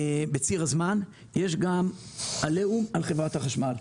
בציר הזמן, יש גם עליהום על חברת החשמל.